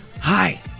hi